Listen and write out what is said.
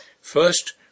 First